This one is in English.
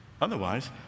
Otherwise